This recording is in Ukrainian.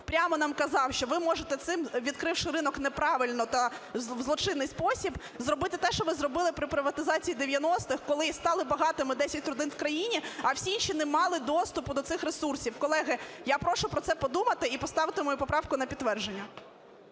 прямо нам казав, що ви можете цим, відкривши ринок неправильно та в злочинний спосіб, зробити те, що ви зробили приватизації 90-х, коли стали багатими десять родин в країні, а всі інші не мали доступу до цих ресурсів. Колеги, я прошу про це подумати і поставити мою поправку на підтвердження.